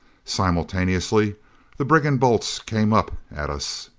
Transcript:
simultaneously the brigand bolts came up at us.